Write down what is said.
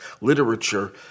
literature